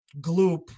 gloop